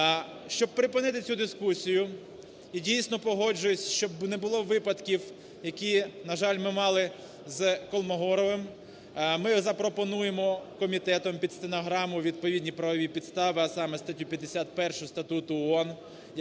Щоб припинити цю дискусію і дійсно, погоджуюся, щоб не було випадків, які, на жаль, ми мали з Колмогоровим, ми запропонуємо комітетом під стенограму відповідні правові підстави, а саме статтю 51 Статуту ООН